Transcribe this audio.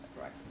right